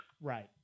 Right